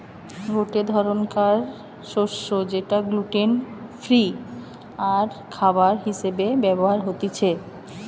গটে ধরণকার শস্য যেটা গ্লুটেন ফ্রি আরখাবার হিসেবে ব্যবহার হতিছে